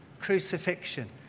crucifixion